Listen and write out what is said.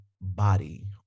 body